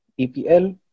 EPL